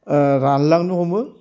रानलांनो हमो